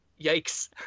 yikes